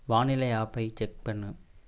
வானிலை ஆப்பை செக் பண்ணு